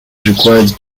required